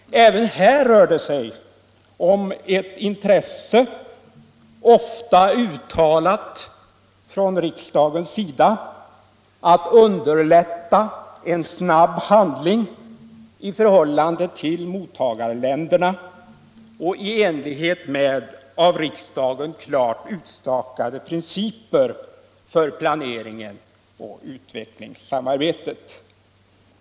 Även här rör det sig om ett intresse, ofta uttalat från riksdagens sida, att underlätta en snabb handling i förhållande till mottagarländerna och i enlighet med av riksdagen klart utstakade principer för planeringen och utvecklingsarbetet.